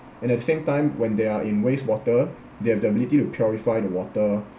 at the same time when they are in wastewater they have the ability to purify the water